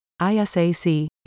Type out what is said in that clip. ISAC